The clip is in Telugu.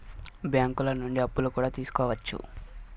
బ్యాంకులు నుండి అప్పులు కూడా తీసుకోవచ్చు